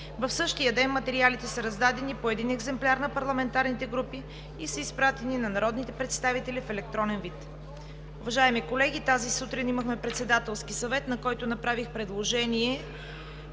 В същия ден материалите са раздадени по един екземпляр на парламентарните групи и са изпратени на народните представители в електронен вид. Уважаеми колеги, тази сутрин имахме Председателски съвет, на който направих предложение